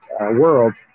world